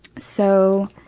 so,